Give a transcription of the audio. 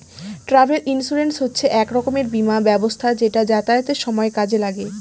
travel insurance হচ্ছে এক রকমের বীমা ব্যবস্থা যেটা যাতায়াতের সময় কাজে লাগে